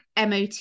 MOT